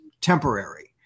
temporary